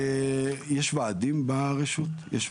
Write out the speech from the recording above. יש ועדי עובדים ברשות?